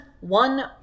one